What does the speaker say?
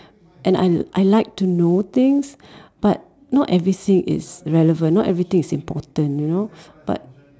and un~ I like to know things but not everything is relevant not everything is important you know but